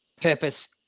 purpose